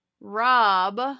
Rob